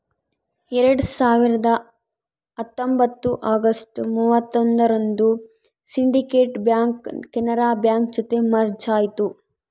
ಎರಡ್ ಸಾವಿರದ ಹತ್ತೊಂಬತ್ತು ಅಗಸ್ಟ್ ಮೂವತ್ತರಂದು ಸಿಂಡಿಕೇಟ್ ಬ್ಯಾಂಕ್ ಕೆನರಾ ಬ್ಯಾಂಕ್ ಜೊತೆ ಮರ್ಜ್ ಆಯ್ತು